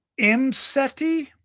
Imseti